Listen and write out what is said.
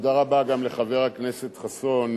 תודה רבה גם לחבר הכנסת חסון,